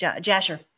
Jasher